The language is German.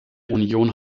union